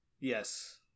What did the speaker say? yes